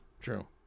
true